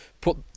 put